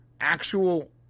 actual